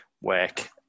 work